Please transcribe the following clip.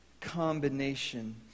combination